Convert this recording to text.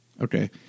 Okay